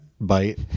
bite